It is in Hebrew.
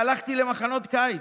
והלכתי למחנות קיץ,